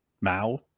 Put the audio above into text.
Mao